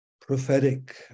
prophetic